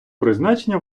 призначення